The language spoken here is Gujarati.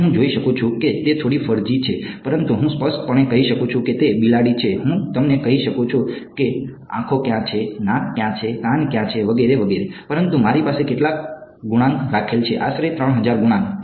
હવે હું જોઈ શકું છું કે તે થોડી ફર્ઝી છે પરંતુ હું સ્પષ્ટપણે કહી શકું છું કે તે બિલાડી છે હું તમને કહી શકું છું કે આંખો ક્યાં છે નાક ક્યાછે કાન ક્યાં છે વગેરે પણ મારી પાસે કેટલા ગુણાંક રાખેલ છે આશરે 3000 ગુણાંક